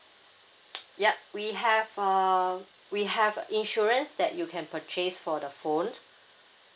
yup we have a we have a insurance that you can purchase for the phone